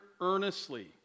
earnestly